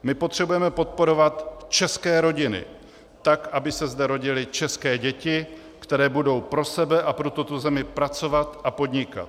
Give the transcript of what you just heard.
My potřebujeme podporovat české rodiny tak, aby se zde rodily české děti, které budou pro sebe a pro tuto zemi pracovat a podnikat.